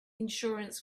insurance